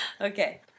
Okay